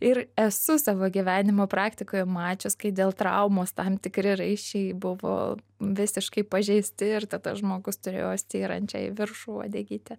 ir esu savo gyvenimo praktikoje mačius kai dėl traumos tam tikri raiščiai buvo visiškai pažeisti ir tada žmogus turėjo styrančią į viršų uodegytę